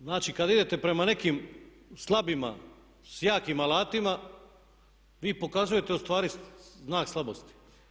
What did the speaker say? Znači, kad idete prema nekim slabima s jakim alatima vi pokazujete ustvari znak slabosti.